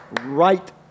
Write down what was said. Right